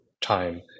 time